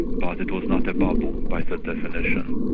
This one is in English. but it was not a bubble by the definition.